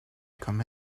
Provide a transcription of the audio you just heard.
come